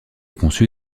conçu